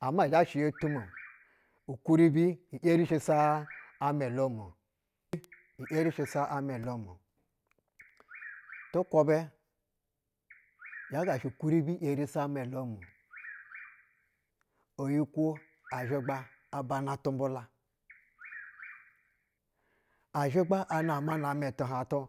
Ama izhɛ shɛ yo tumo-o, ukuribi yerishi sa amɛ olom, i ‘yeri shi sa amɛ olom. Tu kwubɛ ya ga shɛ ukuribi yeri sa amɛ olomu oyikwo azhiga a bana tumbula, a zhigba a nama namɛ tubahtu